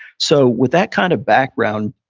so with that kind of background,